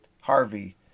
Harvey